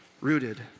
rooted